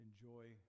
enjoy